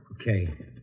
Okay